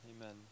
Amen